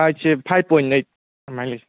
ꯍꯥꯏꯠꯁꯦ five point eight ꯑꯗꯨꯃꯥꯏꯅ ꯂꯩ